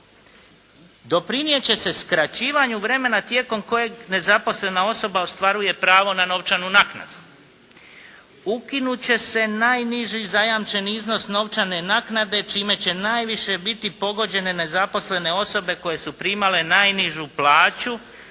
doprinijeti će se skraćivanju vremena tijekom kojeg nezaposlena osoba ostvaruje pravo na novčanu naknadu. Ukinuti će se najniži zajamčeni iznos novčane naknade, čime će najviše biti pogođene nezaposlene osobe koje su primale najnižu plaću,